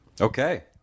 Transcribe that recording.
Okay